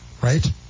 right